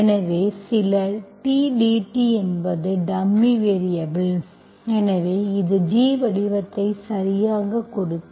எனவே சில t dt என்பது டம்மி வேரியபல் எனவே இது g வடிவத்தை சரியாகக் கொடுக்கும்